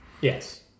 Yes